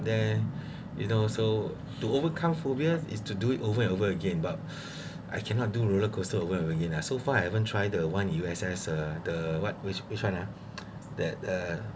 there you know so to overcome phobia is to do it over and over again but I cannot do roller coaster over and over again lah so far I haven't try the one U_S_S uh the what which which one ah that uh